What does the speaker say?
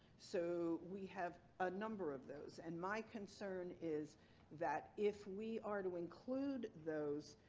so we have a number of those and my concern is that if we are to include those,